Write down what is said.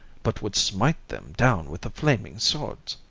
but would smite them down with the flaming swords.